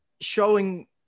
showing